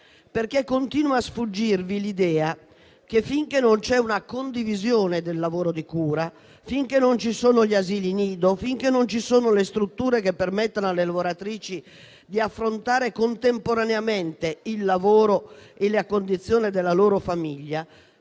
infatti a sfuggirvi l'idea che, finché non c'è una condivisione del lavoro di cura, finché non ci sono gli asili nido, finché non ci sono le strutture che permettano alle lavoratrici di affrontare contemporaneamente il lavoro e la condizione della loro famiglia,